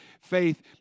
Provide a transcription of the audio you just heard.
faith